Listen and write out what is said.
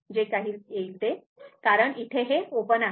जे काही येईल ते कारण हे ओपन आहे